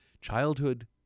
Childhood